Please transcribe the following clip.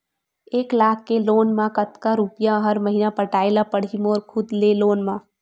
एक लाख के लोन मा कतका रुपिया हर महीना पटाय ला पढ़ही मोर खुद ले लोन मा?